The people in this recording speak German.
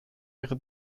ihre